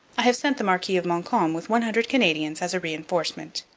i have sent the marquis of montcalm with one hundred canadians as a reinforcement